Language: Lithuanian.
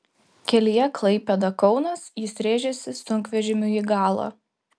kelyje klaipėda kaunas jis rėžėsi sunkvežimiui į galą